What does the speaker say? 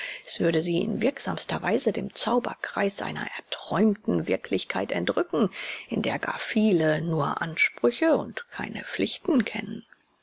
es würde sie in wirksamster weise dem zauberkreis einer erträumten wirklichkeit entrücken in der gar viele nur ansprüche und keine pflichten kennen